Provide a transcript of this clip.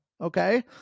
Okay